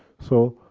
so,